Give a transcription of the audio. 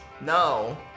No